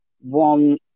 one